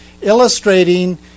illustrating